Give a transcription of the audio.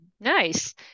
nice